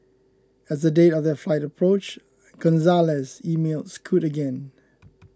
as the date of their flight approached Gonzalez emailed Scoot again